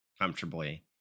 comfortably